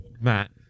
Matt